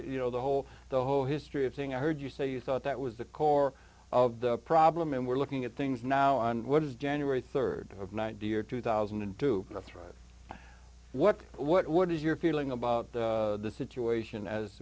you know the whole the whole history of thing i heard you say you thought that was the core of the problem and we're looking at things now on what is january rd of ninety or two thousand and two or three what what is your feeling about the situation as